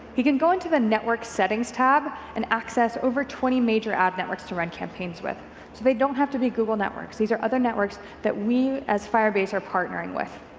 he can go into the network settings tab and access over twenty major ad networks to run campaigns with, so they don't have to be google networks. these are other networks that we as firebase are partnering with.